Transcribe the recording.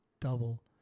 double